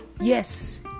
yes